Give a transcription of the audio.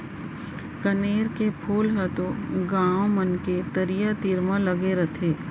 कनेर के फूल ह तो गॉंव मन के तरिया तीर म लगे रथे